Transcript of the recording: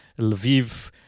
Lviv